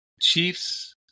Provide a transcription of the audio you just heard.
Chiefs